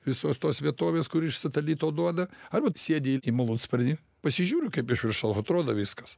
visos tos vietovės kur iš satelito duoda arba sėdi į malūnsparnį pasižiūri kaip iš viršaus atrodo viskas